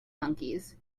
monkeys